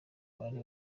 bari